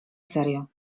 serio